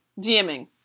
dming